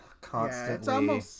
constantly